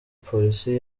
polisi